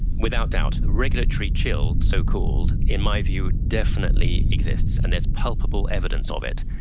without doubt regulatory chill, so-called, in my view definitely exists, and there's palpable evidence of it.